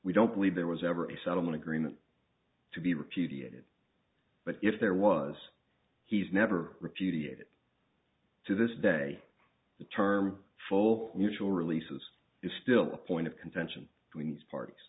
we don't believe there was ever a settlement agreement to be repudiated but if there was he's never repudiated to this day the term full mutual releases is still a point of contention between these parties